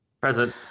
Present